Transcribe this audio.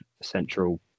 central